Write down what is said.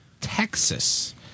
texas